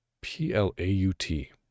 P-L-A-U-T